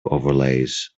overlays